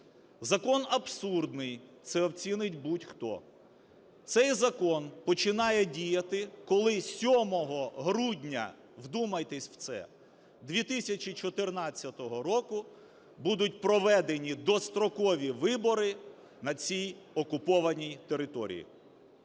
Закон абсурдний, це оцінить будь-хто. Цей закон починає діяти, коли 7 грудня, вдумайтесь в це, 2014 року будуть проведені дострокові вибори на цій окупованій території.